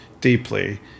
deeply